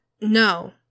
No